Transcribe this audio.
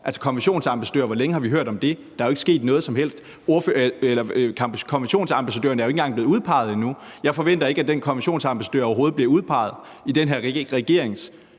om en konventionsambassadør? Der er jo ikke sket noget som helst. Konventionsambassadøren er jo ikke engang blevet udpeget endnu. Jeg forventer ikke, at den konventionsambassadør overhovedet bliver udpeget i den her regerings